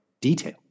detail